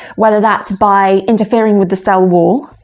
whether that's by interfering with the cell wall,